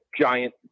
giant